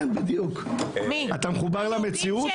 אתה מחובר למציאות?